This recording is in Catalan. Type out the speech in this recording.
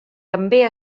també